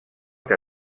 que